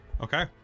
Okay